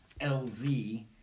lz